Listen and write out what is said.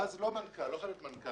ואז לא חייב להיות מנכ"ל.